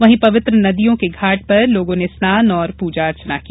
वहीं पवित्र नदियों के घांट पर लोगों ने स्नान और पूजा अर्चना की